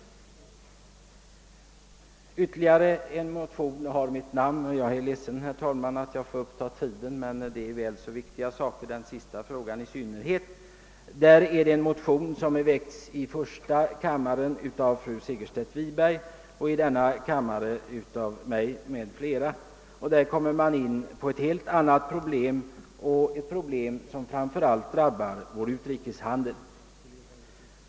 Mitt namn står under ytterligare en motion, II:443, likalydande med motionen 1: 353 av fru Segerstedt Wiberg. Jag är ledsen, herr talman, att jag upp tar kammarens tid, men detta motionspar rör väl så viktiga frågor. Vi tar däri upp ett helt annat problem, som framför allt drabbar vår utrikeshandel.